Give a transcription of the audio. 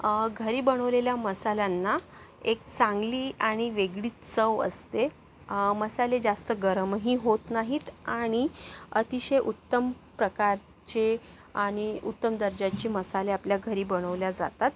घरी बनवलेल्या मसाल्यांना एक चांगली आणि वेगळीच चव असते मसाले जास्त गरमही होत नाहीत आणि अतिशय उत्तम प्रकारचे आणि उत्तम दर्जाचे मसाले आपल्या घरी बनवले जातात